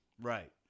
Right